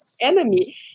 enemy